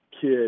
kid